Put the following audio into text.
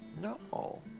No